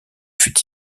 fut